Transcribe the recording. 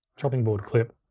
chopping board clip.